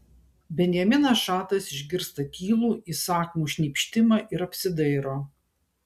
benjaminas šatas išgirsta tylų įsakmų šnypštimą ir apsidairo